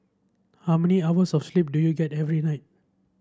how many hours of sleep do you get every night